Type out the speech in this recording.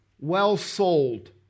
well-sold